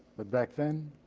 but back then